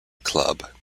club